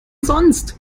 sonst